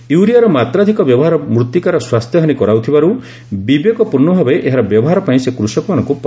ୟୁରିଆର ମାତ୍ରାଧିକ ବ୍ୟବହାର ମୃତ୍ତିକାର ସ୍ୱାସ୍ଥ୍ୟହାନୀ କରାଉଥିବାରୁ ବିବେକପୂର୍ଣ୍ଣଭାବେ ଏହାର ବ୍ୟବହାର ପାଇଁ ସେ କୃଷକମାନଙ୍କୁ ପରାମର୍ଶ ଦେଇଛନ୍ତି